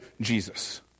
Jesus